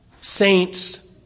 saints